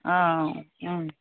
অ অ